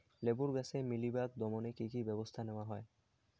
লেবু গাছে মিলিবাগ দমনে কী কী ব্যবস্থা নেওয়া হয়?